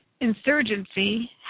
insurgency